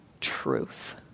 truth